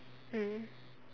mm